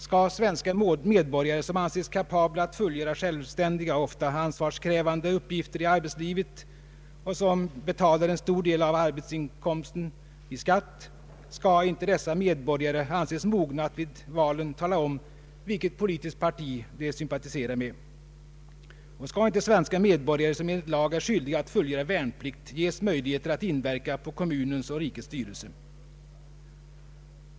Skall svenska medborgare, som anses kapabla att fullgöra självständiga och ofta ansvarskrävande uppgifter i arbetslivet och som betalar en stor del av arbetsinkomsten i skatt, inte anses mogna att vid valen tala om, vilket politiskt parti de sympatiserar med? Och skall inte svenska medborgare, som enligt lag är skyldiga att fullgöra värn plikt, ges möjlighet att inverka på kommunens och rikets styrelse?